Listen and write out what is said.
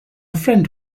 friend